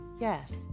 Yes